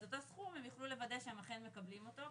אותו סכום הם יוכלו לוודא שהם אכן מקבלים אותו.